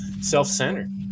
self-centered